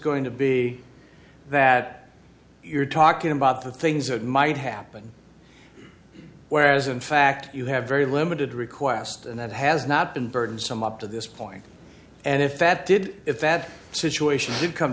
going to be that you're talking about the things that might happen whereas in fact you have very limited request and that has not been burdensome up to this point and if that did if that situation did come